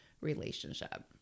relationship